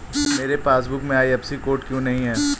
मेरे पासबुक में IFSC code क्यो नहीं है?